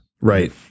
right